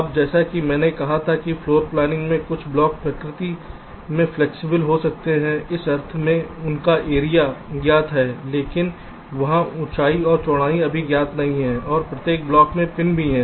अब जैसा कि मैंने कहा था कि फ्लोर प्लानिंग में कुछ ब्लॉक प्रकृति में फ्लैक्सिबल हो सकते हैं इस अर्थ में कि उनका एरिया ज्ञात है लेकिन वहाँ ऊँचाई और चौड़ाई अभी तय नहीं हैं और प्रत्येक ब्लॉक में पिन भी हैं